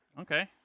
okay